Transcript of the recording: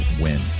win